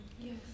Yes